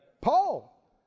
Paul